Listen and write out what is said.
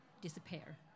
disappear